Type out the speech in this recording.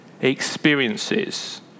experiences